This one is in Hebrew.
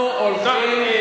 אנחנו הולכים,